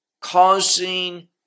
causing